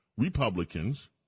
Republicans